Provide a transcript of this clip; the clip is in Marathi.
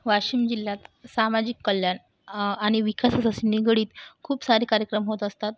वाशिम जिल्ह्यात सामाजिक कल्याण आणि विकासाशी निगडीत खूप सारे कार्यक्रम होत असतात